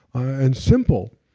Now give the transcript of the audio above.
and simple.